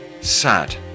sad